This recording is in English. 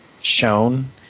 shown